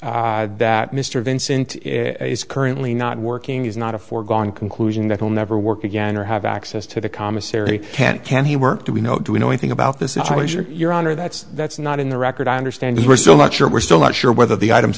that that mr vincent is currently not working is not a foregone conclusion that will never work again or have access to the commissary can't can he work do we know do we know anything about the situation your honor that's that's not in the record i understand we're still not sure we're still not sure whether the items